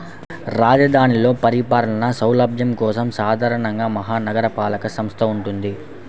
రాజధానిలో పరిపాలనా సౌలభ్యం కోసం సాధారణంగా మహా నగరపాలక సంస్థ వుంటది